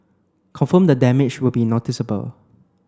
confirm the damage would be noticeable